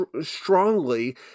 strongly